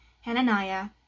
Hananiah